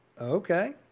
Okay